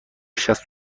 شصت